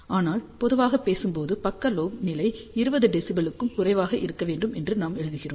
ஆனால் பொதுவாக பேசும் போது பக்க லோப் நிலை 20 dBக்கும் குறைவாக இருக்க வேண்டும் என நாம் எழுதுகிறோம்